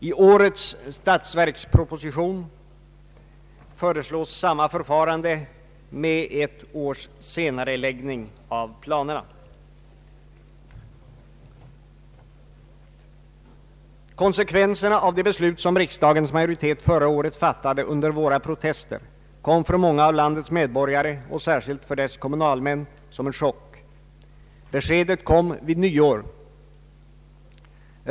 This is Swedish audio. I årets statsverksproposition föreslås samma förfarande med ett års senareläggning av planerna. Konsekvenserna av det beslut som riksdagens majoritet förra året fattade under våra protester kom för många av landets medborgare, och särskilt för dess kommunalmän, som en chock. Beskedet kom vid nyår.